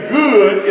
good